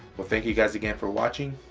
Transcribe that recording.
well thank you guys again for watching.